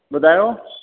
ॿुधायो